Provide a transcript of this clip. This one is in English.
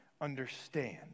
understand